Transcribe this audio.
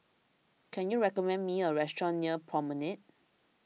can you recommend me a restaurant near Promenade